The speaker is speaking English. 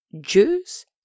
Jews